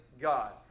God